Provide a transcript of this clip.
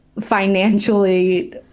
financially